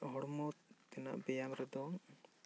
ᱟᱨ ᱦᱚᱲᱢᱚ ᱛᱤᱱᱟᱹᱜ ᱵᱮᱭᱟᱢ ᱨᱮᱫᱚ